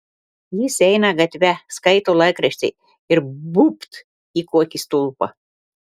jis eina gatve skaito laikraštį ir būbt į kokį stulpą